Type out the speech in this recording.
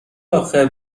آخه